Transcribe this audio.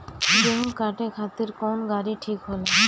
गेहूं काटे खातिर कौन गाड़ी ठीक होला?